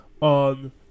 on